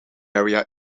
area